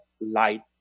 Light